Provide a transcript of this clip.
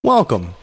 Welcome